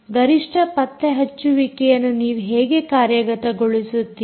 ಗರಿಷ್ಠ ಪತ್ತೆ ಹಚ್ಚುವಿಕೆಯನ್ನು ನೀವು ಹೇಗೆ ಕಾರ್ಯಗತಗೊಳಿಸುತ್ತೀರಿ